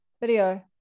video